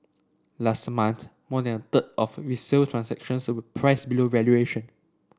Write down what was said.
last month more than a third of resale transactions were priced below valuation